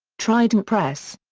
trident press.